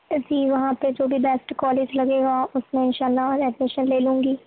جی وہاں پہ جو بھی بیسٹ کالج لگے گا اس میں انشاء اللہ ایڈمیشن لے لوں گی